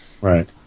Right